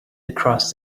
across